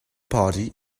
party